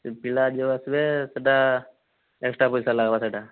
ସେ ପିଲା ଯେଉଁ ଆସିବେ ସେହିଟା ଏକ୍ସଟ୍ରା ପଇସା ଲାଗିବ ସେହିଟା